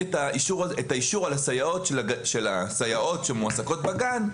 את האישור של הסייעות שמועסקות בגן.